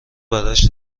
براش